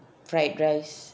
fried rice